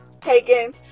taken